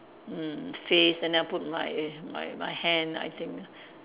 mm face and then I'll put my my my hand I think